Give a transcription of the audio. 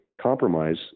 compromise